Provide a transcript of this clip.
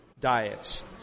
diets